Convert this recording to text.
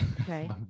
Okay